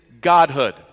godhood